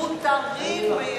מותרים בייבוא.